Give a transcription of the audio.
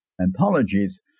anthologies